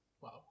Wow